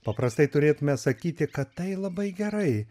paprastai turėtume sakyti kad tai labai gerai